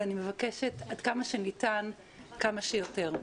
ואני מבקשת עד כמה שניתן כמה שיותר.